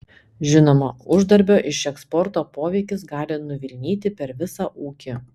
žinoma uždarbio iš eksporto poveikis gali nuvilnyti per visą ūkį